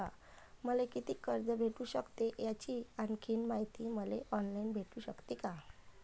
मले कितीक कर्ज भेटू सकते, याची आणखीन मायती मले ऑनलाईन भेटू सकते का?